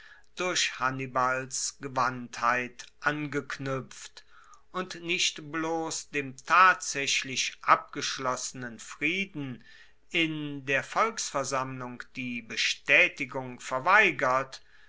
durch hannibals gewandtheit angeknuepft und nicht bloss dem tatsaechlich abgeschlossenen frieden in der volksversammlung die bestaetigung verweigert